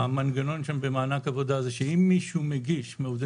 המנגנון שם במענק עבודה זה שאם מישהו מגיש מעובדי משק הבית